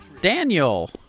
Daniel